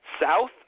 south